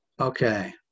okay